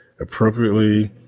Appropriately